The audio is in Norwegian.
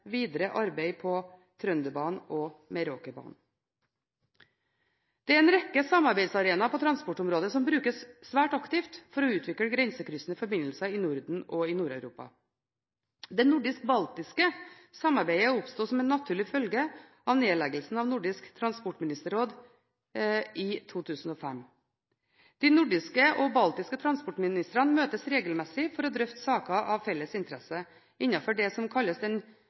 videre arbeid på Trønderbanen og Meråkerbanen. Det er en rekke samarbeidsarenaer på transportområdet som brukes svært aktivt for å utvikle grensekryssende forbindelser i Norden og i Nord-Europa. Det nordisk–baltiske samarbeidet oppsto som en naturlig følge av nedleggelsen av det nordiske transportministerrådet i 2005. De nordiske og baltiske transportministrene møtes regelmessig for å drøfte saker av felles interesse